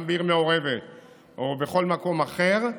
גם בעיר מעורבת או בכל מקום אחר,